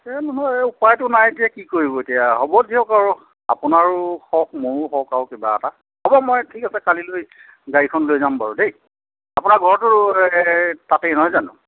নহয় এই উপায়টো নাই এতিয়া কি কৰিব এতিয়া হ'ব দিয়ক আৰু আপোনাৰো হওক মোৰো হওক আৰু কিবা এটা হ'ব মই ঠিক আছে কালিলৈ গাড়ীখন লৈ যাম বাৰু দেই আপোনাৰ ঘৰটো এই তাতেই নহয় জানো